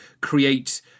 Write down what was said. create